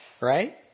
right